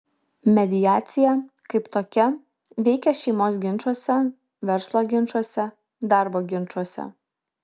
mediacija kaip tokia veikia šeimos ginčuose verslo ginčuose darbo ginčuose